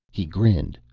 he grinned,